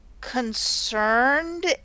concerned